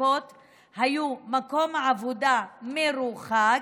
מוצדקות היו מקום עבודה מרוחק,